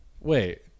wait